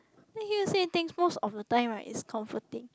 then hear you say things most of the time right is comforting